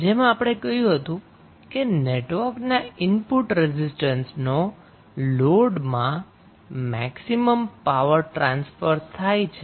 જેમાં આપણે કહ્યું હતું કે નેટવર્ક ના ઈનપુટ રેઝિસ્ટન્સનો લોડમાં મેક્સિમમ પાવર ટ્રાન્સફર થાય છે